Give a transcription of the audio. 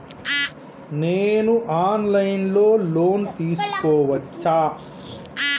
నేను online లో loan తీసుకోవచ్చా?